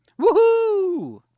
woohoo